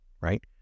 right